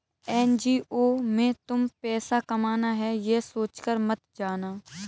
NGO में तुम पैसा कमाना है, ये सोचकर मत जाना